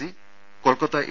C Kolkata A